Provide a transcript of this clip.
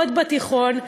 עוד בתקופת התיכון,